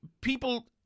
people